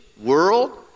world